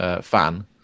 fan